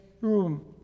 room